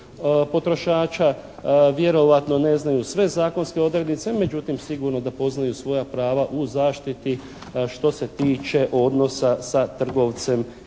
potrošača. Vjerojatno ne znaju sve zakonske odrednice međutim sigurno da poznaju svoja prava u zaštiti što se tiče odnosa sa trgovcem,